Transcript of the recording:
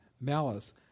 malice